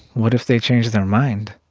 what if they change their mind?